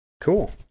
Cool